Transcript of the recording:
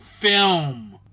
film